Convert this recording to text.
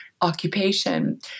occupation